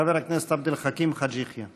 חבר הכנסת עבד אל חכים חאג' יחיא.